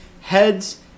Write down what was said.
Heads